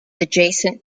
adjacent